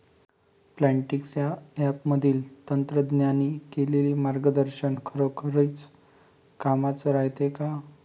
Plantix या ॲपमधील तज्ज्ञांनी केलेली मार्गदर्शन खरोखरीच कामाचं रायते का?